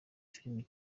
filimi